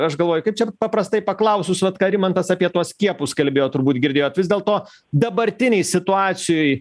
aš galvoju kaip čia paprastai paklausus vat ką rimantas apie tuos skiepus kalbėjo turbūt girdėjot vis dėlto dabartinėj situacijoj